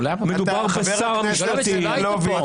מדובר בשר המשפטים,